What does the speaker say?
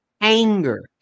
anger